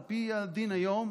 על פי הדין היום,